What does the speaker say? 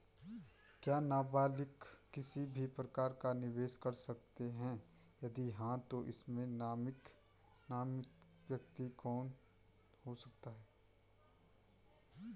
क्या नबालिग किसी भी प्रकार का निवेश कर सकते हैं यदि हाँ तो इसमें नामित व्यक्ति कौन हो सकता हैं?